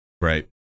Right